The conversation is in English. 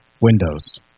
Windows